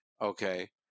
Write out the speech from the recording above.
okay